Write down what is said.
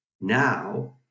Now